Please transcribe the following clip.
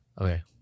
Okay